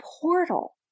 portal